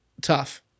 tough